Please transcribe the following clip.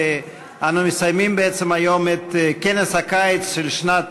אנו מסיימים בעצם היום את כנס הקיץ של שנת